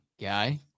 guy